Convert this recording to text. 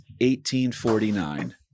1849